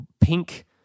pink